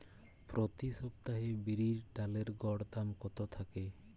প্রতি সপ্তাহে বিরির ডালের গড় দাম কত থাকে?